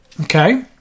Okay